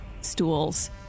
stools